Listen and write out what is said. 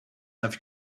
have